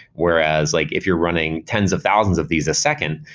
whereas like if you're running tens of thousands of these a second,